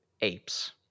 apes